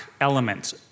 element